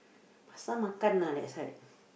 pasar-malam lah that side